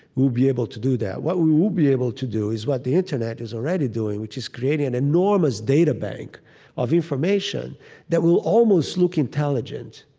we'll be able to do that what we will be able to do is what the internet is already doing, which is creating an enormous databank of information that will almost look intelligent,